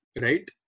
Right